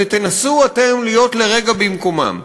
ותנסו אתם להיות לרגע במקומם,